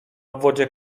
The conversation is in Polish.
obwodzie